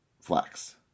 flax